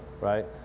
right